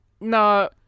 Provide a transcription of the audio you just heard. No